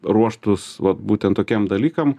ruoštus vat būtent tokiem dalykam